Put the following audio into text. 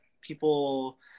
people